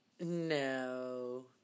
No